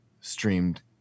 streamed